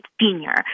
senior